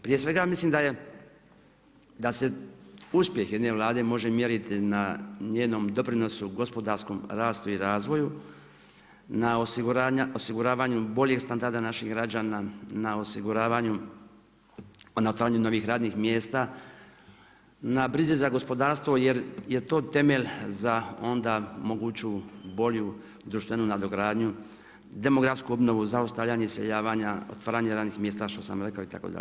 Prije svega ja mislim da je, da se uspjeh jedne Vlade može mjeriti na njenom doprinosu, gospodarskom rastu i razvoju, na osiguravanju boljih standarda naših građana, na osiguravanju, na otvaranju novih radnih mjesta, na brizi za gospodarstvo, jer je to temelj onda za moguću, bolju, društvenu nadogradnju, demografsku obnovu, zaustavljanje i iseljavanja, otvaranje radnih mjesta, što sam rekao itd.